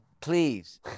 please